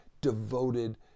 devoted